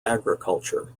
agriculture